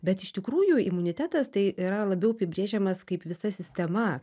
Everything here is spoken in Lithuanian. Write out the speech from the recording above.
bet iš tikrųjų imunitetas tai yra labiau apibrėžiamas kaip visa sistema